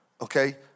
Okay